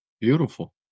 Beautiful